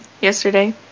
yesterday